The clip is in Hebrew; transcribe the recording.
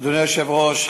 אדוני היושב-ראש,